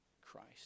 Christ